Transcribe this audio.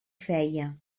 feia